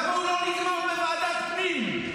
למה הוא לא נגמר בוועדת פנים?